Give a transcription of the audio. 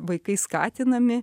vaikai skatinami